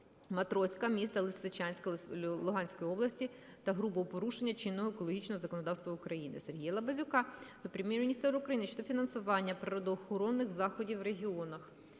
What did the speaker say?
"Матроська" міста Лисичанська Луганської області та грубого порушення чинного екологічного законодавства України. Сергія Лабазюка до Прем'єр-міністра України щодо фінансування природоохоронних заходів в регіонах.